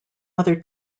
other